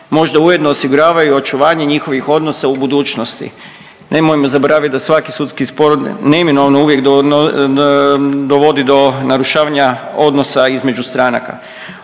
možda ujedno osiguravaju očuvanje njihovih odnosa u budućnosti. Nemojmo zaboraviti da svaki sudski spor neminovno uvijek dovodi do narušavanja odnosa između stranaka.